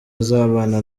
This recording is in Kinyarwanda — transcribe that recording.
azabana